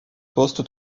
poste